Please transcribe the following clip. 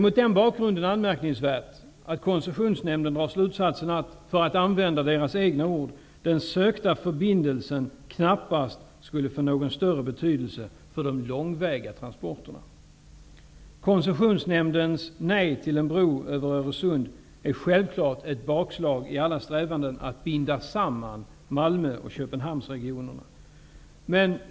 Mot den bakgrunden är det anmärkningsvärt att Koncessionsnämnden drar slutsatsen att -- för att använda nämndens egna ord -- ''den sökta förbindelsen knappast skulle få någon större betydelse för de långväga transporterna''. Koncessionsnämndens nej till en bro över Öresund är självklart ett bakslag i alla strävanden att binda samman Malmö och Köpenhamnsregionerna.